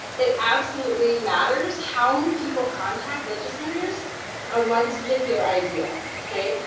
it absolutely matters how many people contact legislators on one so particular idea, okay?